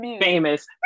Famous